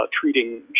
treating